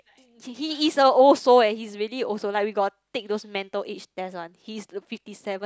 he is a old soul eh he is really old soul like we got take those mental age test [one] he is fifty seven